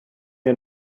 wir